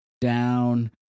down